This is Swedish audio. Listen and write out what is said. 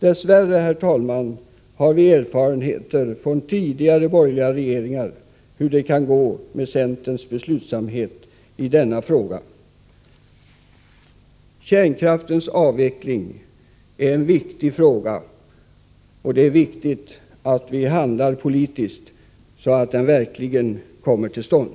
Dess värre, herr talman, har vi erfarenheter från tidigare borgerliga regeringar av hur det kan gå med centerns beslutsamhet i denna fråga. Avvecklingen av kärnkraften är en viktig fråga, och det är angeläget att vi politiskt handlar så, att avvecklingen verkligen kommer till stånd.